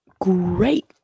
great